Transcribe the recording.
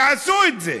תעשו את זה.